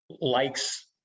likes